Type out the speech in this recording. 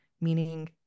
meaning